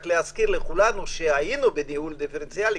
רק נזכיר לכולנו שהיינו בדיון דיפרנציאלי,